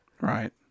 Right